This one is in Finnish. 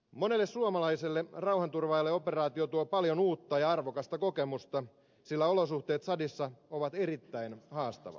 monelle suomalaiselle rauhanturvaajalle operaatio tuo paljon uutta ja arvokasta kokemusta sillä olosuhteet tsadissa ovat erittäin haastavat